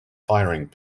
firing